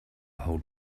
hold